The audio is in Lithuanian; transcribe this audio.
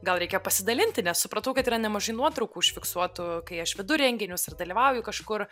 gal reikia pasidalinti nes supratau kad yra nemažai nuotraukų užfiksuotų kai aš vedu renginius ir dalyvauju kažkur